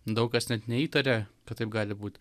daug kas net neįtarė kad taip gali būti